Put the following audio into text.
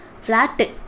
flat